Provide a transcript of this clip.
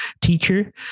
teacher